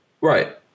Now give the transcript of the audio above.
right